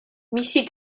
მისი